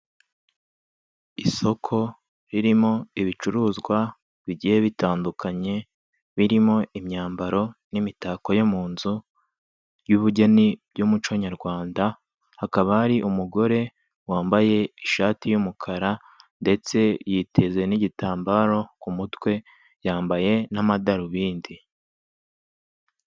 Isoko ririmo ibicuruzwa bigiye bitandukanye birimo imyambaro n'imitako yo mu nzu y'ubugeni by'umuco nyarwandakaba hakaba hari umugore wambaye ishati y'umukara ndetse yiteze n'igitambaro ku mutwe yambaye n'amadarubindi.